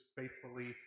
faithfully